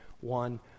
one